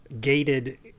gated